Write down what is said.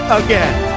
again